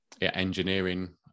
engineering